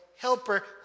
helper